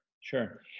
sure